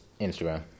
Instagram